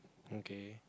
okay